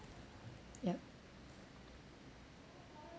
ya